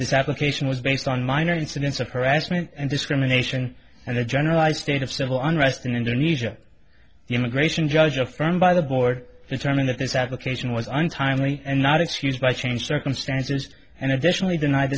this application was based on minor incidents of harassment and discrimination and the generalized state of civil unrest in indonesia the immigration judge affirmed by the board and timing of this application was untimely and not excused by changed circumstances and additionally den